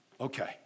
Okay